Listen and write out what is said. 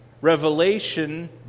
Revelation